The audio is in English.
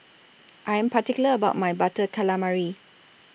I Am particular about My Butter Calamari